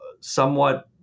somewhat